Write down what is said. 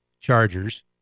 Chargers